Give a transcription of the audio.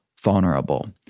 vulnerable